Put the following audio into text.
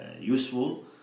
useful